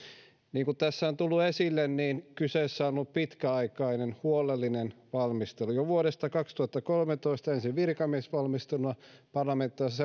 niin kuin tässä on tullut esille kyseessä on ollut pitkäaikainen huolellinen valmistelu jo vuodesta kaksituhattakolmetoista ensin virkamiesvalmisteluna parlamentaarisena